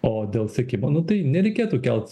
o dėl sekimo nu tai nereikėtų kelt